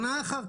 שנה אחרי